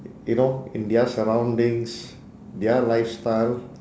you know in their surroundings their lifestyle